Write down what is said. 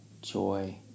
joy